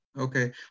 Okay